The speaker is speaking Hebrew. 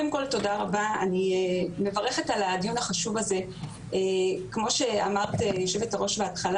אני יודעת שעכשיו מתנהל דיון אצל שרת הכלכלה ונציגי משרד האוצר,